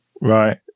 Right